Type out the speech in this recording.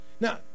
Now